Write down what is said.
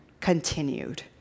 continued